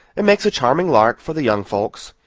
it makes a charming lark for the young folks,